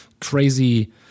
crazy